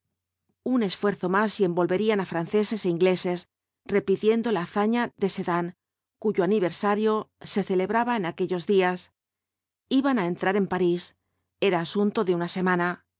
un esfuerzo más y envolverían á franceses é ingleses repitiendo la hazaña de sedán cuyo aniversario se celebraba en aquellos días iban á entrar en parís era asunto de una semana